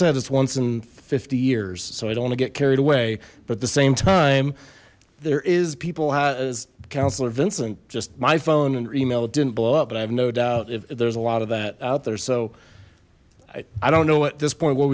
said it's once in fifty years so i don't to get carried away but at the same time there is people has councillor vincent just my phone and email it didn't blow up but i have no doubt if there's a lot of that out there so i i don't know at this point what